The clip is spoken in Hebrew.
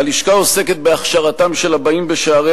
הלשכה עוסקת בהכשרתם של הבאים בשערי